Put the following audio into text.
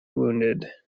wounded